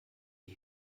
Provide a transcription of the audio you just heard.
die